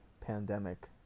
pandemic